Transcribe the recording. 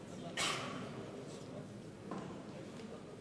אדוני היושב-ראש,